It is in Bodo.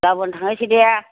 गाबोन थांनोसै दे